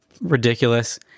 ridiculous